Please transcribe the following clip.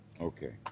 Okay